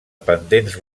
pendents